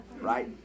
Right